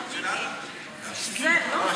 סליחה,